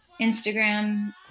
Instagram